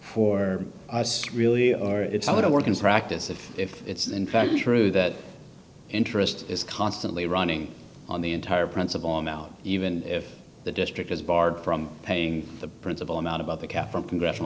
for us really or it's a little work in practice if if it's in fact true that interest is constantly running on the entire principle amount even if the district is barred from paying the principal amount about the cap from congressional